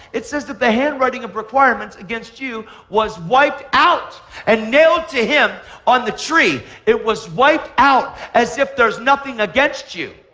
it's as if the handwriting of requirements against you was wiped out and nailed to him on the tree. it was wiped out as if there's nothing against you.